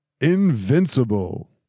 invincible